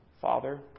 Father